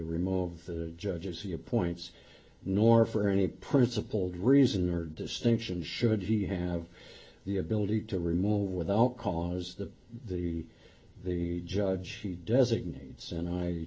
remove the judges he appoints nor for any principled reason or distinction should he have the ability to remove without cause that the the judge designates and i